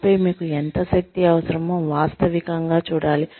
ఆపై మీకు ఎంత శక్తి అవసరమో వాస్తవికంగా చూడాలి